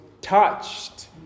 touched